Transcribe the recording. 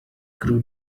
grew